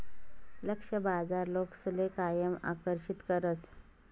लक्ष्य बाजार लोकसले कायम आकर्षित करस